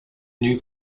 new